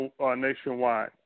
nationwide